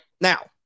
Now